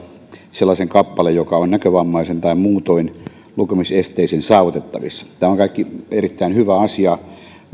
sellaisen kappaleen joka on näkövammaisen tai muutoin lukemisesteisen saavutettavissa tämä kaikki on erittäin hyvä asia